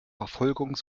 verfolgung